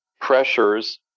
pressures